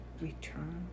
return